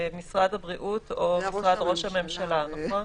משרד הבריאות או משרד ראש הממשלה, נכון?